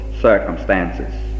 circumstances